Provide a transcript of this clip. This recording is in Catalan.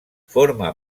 forma